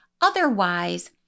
Otherwise